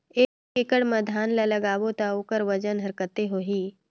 एक एकड़ मा धान ला लगाबो ता ओकर वजन हर कते होही?